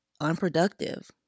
unproductive